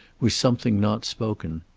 was something not spoken.